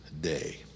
day